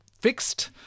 fixed